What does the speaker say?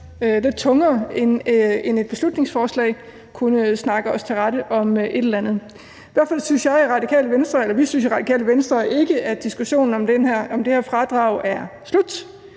lidt tungere end et beslutningsforslag, kunne snakke os til rette om et eller andet. I hvert fald synes vi i Radikale Venstre ikke, at diskussionen om det her fradrag er slut